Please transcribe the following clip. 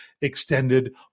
extended